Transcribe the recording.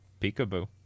Peekaboo